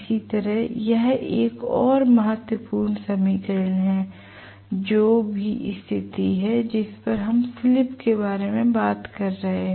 इसी तरह यह एक और महत्वपूर्ण समीकरण है जो भी स्थिति है जिस पर हम स्लिप के बारे में बात कर रहे हैं